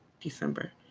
December